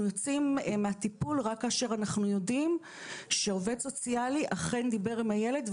יוצאים מהטיפול רק כאשר אנחנו יודעים שעובד סוציאלי אכן דיבר עם הילד,